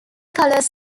colors